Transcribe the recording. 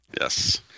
yes